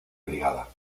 brigada